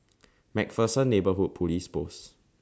MacPherson Neighbourhood Police Post